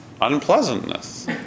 Unpleasantness